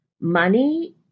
Money